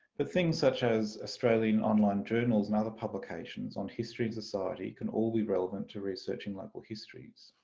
but things such as australian online journals and other publications on history and society can all be relevant to researching local histories.